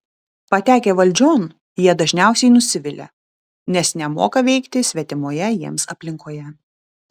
patekę valdžion jie dažniausiai nusivilia nes nemoka veikti svetimoje jiems aplinkoje